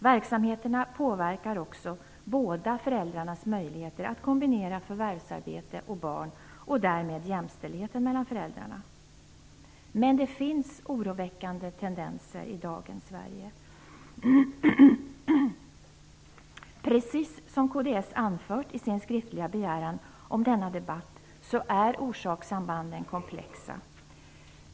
Verksamheterna påverkar också båda föräldrarnas möjligheter att kombinera förvärvsarbete och barn och därmed jämställdheten mellan föräldrarna. Men det finns oroväckande tendenser i dagens Sverige. Precis som kds anfört i sin skriftliga begäran om denna debatt är orsakssambanden komplexa.